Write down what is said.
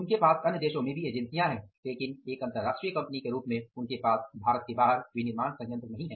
उनके पास अन्य देशों में भी एजेंसियां हैं लेकिन एक अंतरराष्ट्रीय कंपनी के रूप में उनके पास भारत के बाहर विनिर्माण सयंत्र नहीं हैं